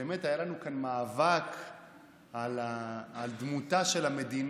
כשבאמת היה לנו כאן מאבק על דמותה של המדינה,